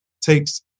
takes